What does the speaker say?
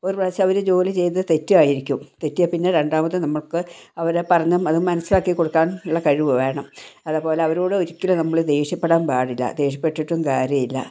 ഒരു പ്രാവശ്യം അവർ ജോലി ചെയ്യുന്നത് തെറ്റുമായിരിക്കും തെറ്റിയാൽപ്പിന്നെ രണ്ടാമത് നമ്മൾക്ക് അവരെ പറഞ്ഞാൽ അതും മനസ്സിലാക്കി കൊടുക്കാൻ ഉള്ള കഴിവ് വേണം അതുപോലെ അവരോട് ഒരിക്കലും നമ്മൾ ദേഷ്യപ്പെടാൻ പാടില്ല ദേഷ്യപ്പെട്ടിട്ടും കാര്യമില്ല